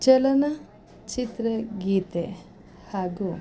ಚಲನ ಚಿತ್ರಗೀತೆ ಹಾಗೂ